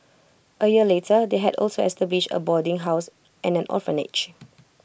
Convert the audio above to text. A year later they had also established A boarding house and an orphanage